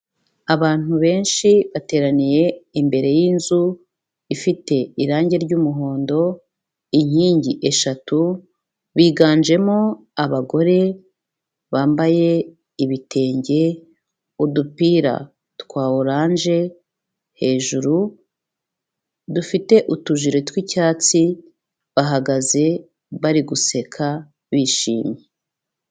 Abantu benshi bateraniye imbere y'inzu ifite irange ry'umuhondo, inkingi eshatu, biganjemo abagore bambaye ibitenge, udupira twa oranje hejuru, dufite utujire tw'icyatsi bahagaze bari guseka bishimye.